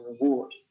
reward